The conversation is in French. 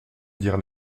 dire